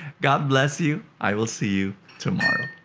god bless you. i will see you tomorrow.